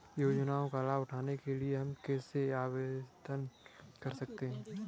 योजनाओं का लाभ उठाने के लिए हम कैसे आवेदन कर सकते हैं?